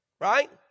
Right